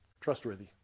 Trustworthy